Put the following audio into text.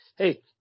Hey